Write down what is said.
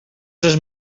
tres